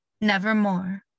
nevermore